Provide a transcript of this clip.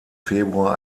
februar